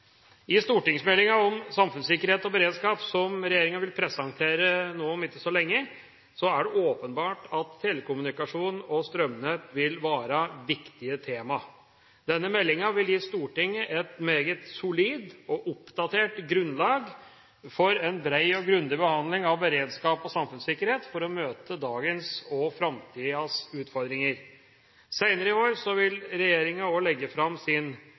i debatten. I stortingsmeldinga om samfunnssikkerhet og beredskap som regjeringa vil presentere om ikke så lenge, er det åpenbart at telekommunikasjon og strømnett vil være viktige tema. Denne meldinga vil gi Stortinget et meget solid og oppdatert grunnlag for en bred og grundig behandling av beredskap og samfunnssikkerhet for å møte dagens og framtidas utfordringer. Senere i år vil regjeringa også legge fram sin